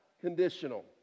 conditional